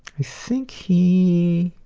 i think he